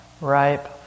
ripe